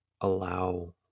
allow